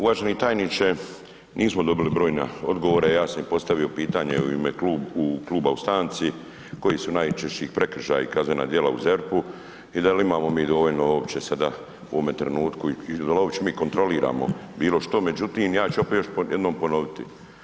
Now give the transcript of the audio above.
Uvaženi tajniče, nismo dobili brojne odgovore a ja sam im postavio pitanje u ime kluba u stanci koji su najčešći prekršaji i kaznena djela u ZERP-u i da li imamo mi dovoljno uopće sada u ovome trenutku i da li uopće mi kontroliramo bilo što, međutim ja ću opet još jednom ponoviti.